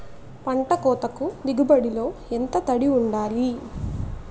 పంట కోతకు దిగుబడి లో ఎంత తడి వుండాలి?